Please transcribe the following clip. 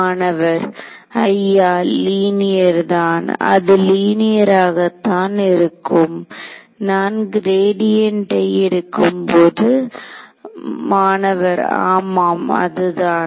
மாணவர் ஐயா லீனியர் தான் அது லீனியர் ஆக தான் இருக்கும் நான் க்ரேடியென்டை எடுக்கும்போது மாணவர்ஆமாம் அதுதான்